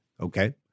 okay